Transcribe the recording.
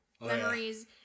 Memories